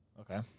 Okay